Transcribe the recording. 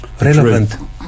relevant